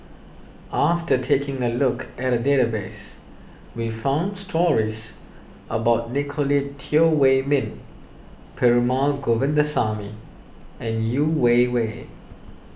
after taking a look at the database we found stories about Nicolette Teo Wei Min Perumal Govindaswamy and Yeo Wei Wei